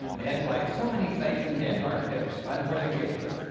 and, like so many sites in denmark, there's fun for the kids.